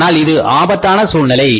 ஆனால் இது ஆபத்தான சூழ்நிலை